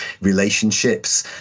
relationships